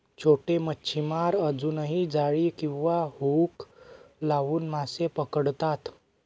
छोटे मच्छीमार अजूनही जाळी किंवा हुक लावून मासे पकडतात